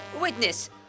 witness